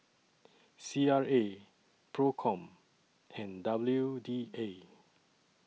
C R A PROCOM and W D A